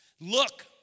Look